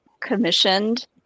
commissioned